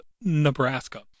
Nebraska